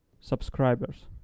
subscribers